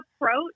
approach